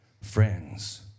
friends